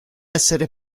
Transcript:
essere